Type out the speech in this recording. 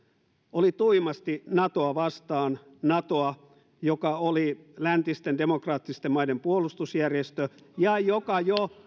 oli tuimasti natoa vastaan natoa joka oli läntisten demokraattisten maiden puolustusjärjestö ja joka jo